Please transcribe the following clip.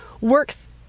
works